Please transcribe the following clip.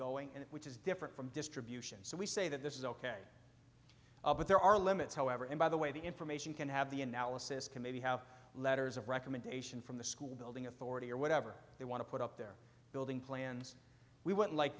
going in it which is different from distribution so we say that this is ok but there are limits however and by the way the information can have the analysis can maybe have letters of recommendation from the school building authority or whatever they want to put up their building plans we would like